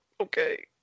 Okay